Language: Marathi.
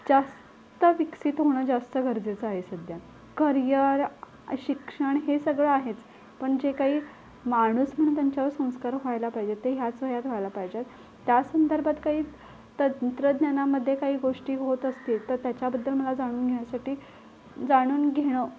जास्त विकसित होणं जास्त गरजेचं आहे सध्या करियर शिक्षण हे सगळं आहेच पण जे काही माणूस म्हणून त्यांच्यावर संस्कार व्हायला पाहिजेत ते ह्याच वयात व्हायला पाहिजेत त्या संदर्भात काही तंत्रज्ञानामध्ये काही गोष्टी होत असतील तर त्याच्याबद्दल मला जाणून घेण्यासाठी जाणून घेणं